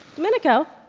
domenico